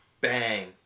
Bang